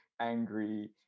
angry